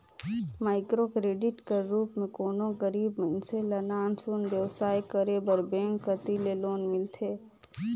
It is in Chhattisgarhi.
माइक्रो क्रेडिट कर रूप में कोनो गरीब मइनसे ल नान सुन बेवसाय करे बर बेंक कती ले लोन मिलथे